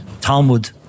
Talmud